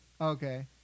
Okay